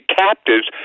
captives